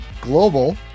global